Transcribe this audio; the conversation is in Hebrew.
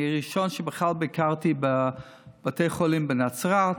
אני הראשון שבכלל ביקר בבתי חולים בנצרת,